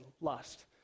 lust